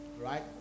right